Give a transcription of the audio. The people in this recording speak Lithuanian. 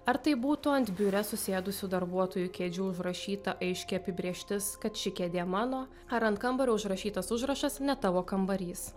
ar tai būtų ant biure susėdusių darbuotojų kėdžių užrašyta aiški apibrėžtis kad ši kėdė mano ar ant kambario užrašytas užrašas ne tavo kambarys